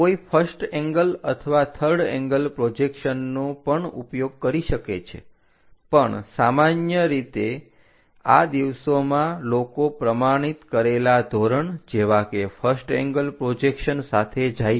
કોઈ first angle અથવા third angle પ્રોજેક્શનનો પણ ઉપયોગ કરી શકે છે પણ સામાન્ય રીતે આ દિવસોમાં લોકો પ્રમાણિત કરેલા ધોરણ જેવા કે ફર્સ્ટ એંગલ પ્રોજેક્શન સાથે જાય છે